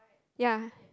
ya